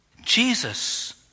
Jesus